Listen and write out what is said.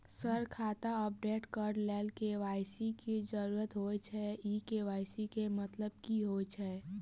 Sir खाता update करऽ लेल के.वाई.सी की जरुरत होइ छैय इ के.वाई.सी केँ मतलब की होइ छैय?